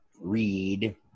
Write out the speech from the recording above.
read